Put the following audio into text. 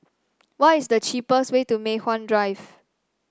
what is the cheapest way to Mei Hwan Drive